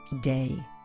day